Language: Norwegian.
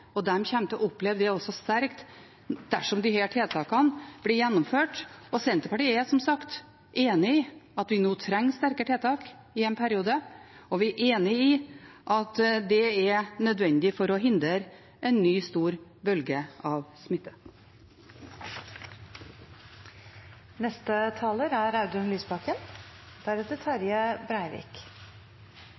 og de kommer også til å oppleve det sterkt dersom disse tiltakene blir gjennomført. Senterpartiet er som sagt enig i at vi nå trenger sterkere tiltak i en periode, og vi er enig i at det er nødvendig for å hindre en ny, stor bølge av